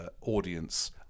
audience